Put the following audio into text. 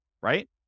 right